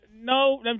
No